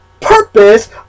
purpose